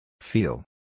Feel